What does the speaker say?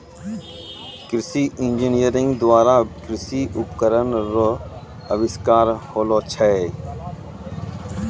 कृषि इंजीनियरिंग द्वारा कृषि उपकरण रो अविष्कार होलो छै